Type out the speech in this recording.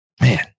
Man